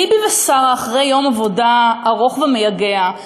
ביבי ושרה אחרי יום עבודה ארוך ומייגע,